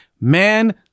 man